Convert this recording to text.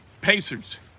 Pacers